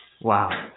Wow